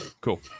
cool